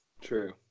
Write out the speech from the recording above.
True